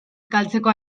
galtzeko